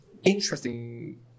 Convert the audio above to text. interesting